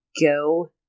go